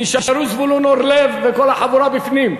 נשארו זבולון אורלב וכל החבורה בפנים.